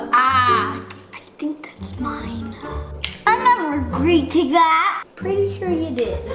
i think that's mine! i never agreed to that! pretty sure you did!